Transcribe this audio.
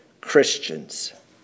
Christians